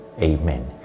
Amen